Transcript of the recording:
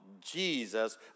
Jesus